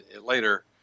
later